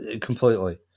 completely